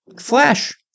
flash